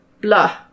Blah